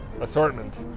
assortment